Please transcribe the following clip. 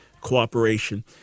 cooperation